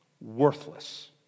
worthless